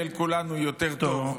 יהיה לכולנו יותר טוב -- טוב.